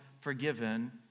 forgiven